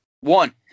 One